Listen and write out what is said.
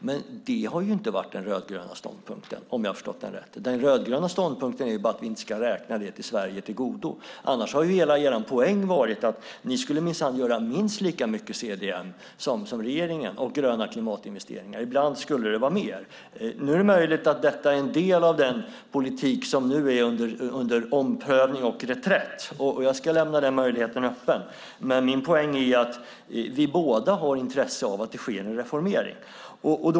Men det har inte varit den rödgröna ståndpunkten, om jag har förstått den rätt. Den rödgröna ståndpunkten är bara att Sverige inte ska tillgodoräkna sig detta. Annars har hela er poäng varit att ni minsann skulle göra minst lika mycket CDM-projekt och gröna klimatinvesteringar som regeringen. Ibland skulle det vara mer. Det är möjligt att detta är en del av den politik som nu är under omprövning och reträtt. Jag ska lämna den möjligheten öppen. Men min poäng är att vi båda har intresse av att det sker en reformering.